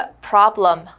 problem